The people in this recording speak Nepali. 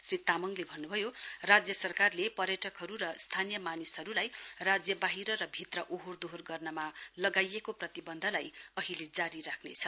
श्री तामाङले भन्न् भयो राज्य सरकारले पर्यटकहरू र स्थानीय मानिसहरूलाई राज्य बाहिर र भित्र ओहोर दोहोर गर्नमा लगाईएको प्रतिबन्धलाई अहिले जारी राख्नेछ